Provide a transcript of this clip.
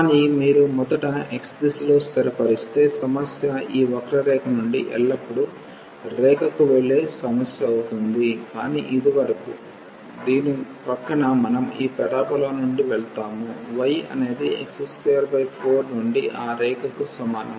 కానీ మీరు మొదట x దిశలో స్థిరపరిస్తే సమస్య ఈ వక్రరేఖ నుండి ఎల్లప్పుడూ రేఖకు వెళ్లే సమస్య అవుతుంది కానీ ఇది వరకు దీని ప్రక్కన మనం ఈ పారాబోలా నుండి వెళ్తాము y అనేది x24 నుండి ఆ రేఖకి సమానం